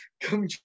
come